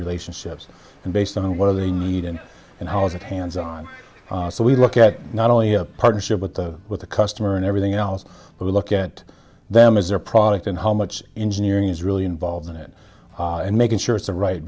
relationships and based on what are they needed and how is it hands on so we look at not only a partnership with the with the customer and everything else but we look at them as their product and how much engineering is really involved in it and making